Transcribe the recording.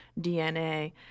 DNA